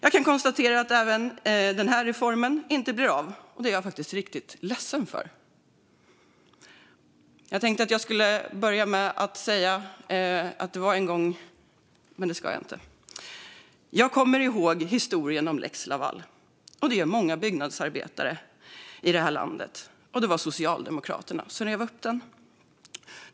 Jag kan konstatera att inte heller den här reformen blir av. Det är jag faktiskt riktigt ledsen för. Jag tänkte att jag skulle börja med att säga "Det var en gång .", men det ska jag inte. Jag kommer ihåg historien om lex Laval, och det gör många byggnadsarbetare i det här landet också. Det var Socialdemokraterna som rev upp den.